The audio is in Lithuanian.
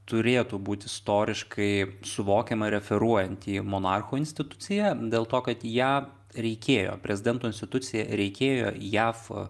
turėtų būti istoriškai suvokiama referuojant į monarcho instituciją dėl to kad ją reikėjo prezidento institucija reikėjo jav